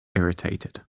irritated